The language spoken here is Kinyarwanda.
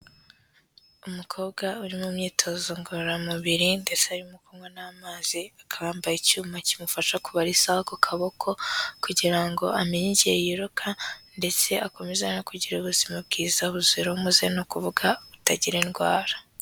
Umukobwa uri mu myitozo ngororamubiri ndetse arimo kunywa n'amazi, akaba yambaye icyuma kimufasha kubara isaha ku kaboko kugira ngo amenye igihe yiruka ndetse akomeze no kugira ubuzima bwiza buzira umuze ni ukuvuga butagira indwara.